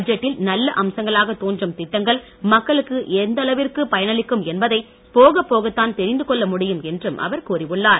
பட்ஜெட்டில் நல்ல அம்சங்களாக தோன்றும் திட்டங்கள் மக்களுக்கு எந்த அளவிற்கு பயனளிக்கும் என்பதை போக போகத் தான் தெரிந்து கொள்ள முடியும் என்றும் அவர் கூறியுள்ளார்